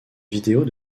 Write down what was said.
vidéos